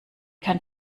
kann